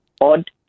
odd